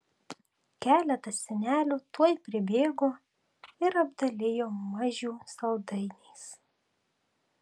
keletas senelių tuoj pribėgo ir apdalijo mažių saldainiais